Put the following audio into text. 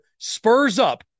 SPURSUP